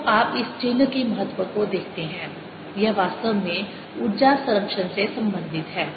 तो आप इस चिह्न के महत्व को देखते हैं यह वास्तव में ऊर्जा संरक्षण से संबंधित है